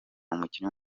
umukinnyi